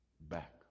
back